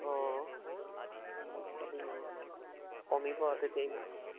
অঁ সমস্যাটো ইমান কমিব আৰু তেতিয়া ইমান